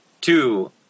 two